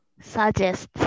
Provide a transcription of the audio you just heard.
suggest